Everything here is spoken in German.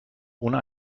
ohne